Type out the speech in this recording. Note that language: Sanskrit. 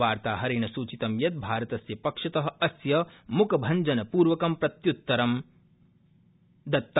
वार्ताहरेण सूचितं यत् भारतस्य पक्षत अस्य मुखभञ्जनपूर्वकं प्रत्युत्तरं प्रदत्तम्